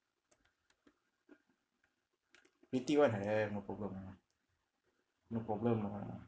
pretty one eh no problem ah no problem lah